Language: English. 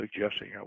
suggesting